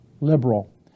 liberal